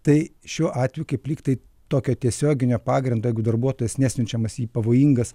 tai šiuo atveju kaip lygtai tokio tiesioginio pagrindo jeigu darbuotojas nesiunčiamas į pavojingas